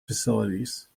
facilities